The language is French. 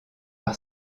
par